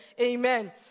amen